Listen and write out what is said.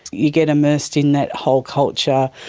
you get immersed in that whole culture.